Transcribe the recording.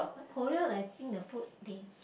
Korea like think the food they